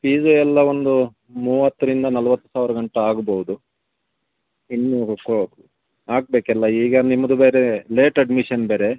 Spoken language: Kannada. ಫೀಸು ಎಲ್ಲ ಒಂದು ಮೂವತ್ತರಿಂದ ನಲ್ವತ್ತು ಸಾವಿರ ಗಂಟ ಆಗ್ಬೋದು ಹಾಕಬೇಕಲ್ಲ ಈಗ ನಿಮ್ಮದು ಬೇರೆ ಲೇಟ್ ಅಡ್ಮಿಷನ್ ಬೇರೆ